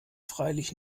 freilich